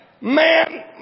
Man